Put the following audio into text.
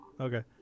Okay